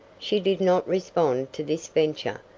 she did not respond to this venture,